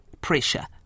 pressure